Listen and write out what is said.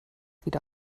wieder